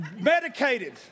medicated